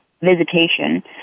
visitation